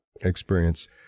experience